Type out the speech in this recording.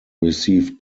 received